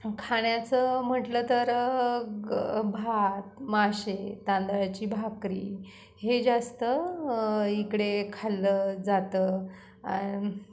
खाण्याचं म्हटलं तर भात मासे तांदळाची भाकरी हे जास्त इकडे खाल्लं जातं आणि